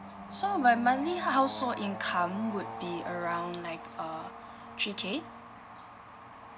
so my monthly household income would be around like err three K